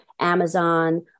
Amazon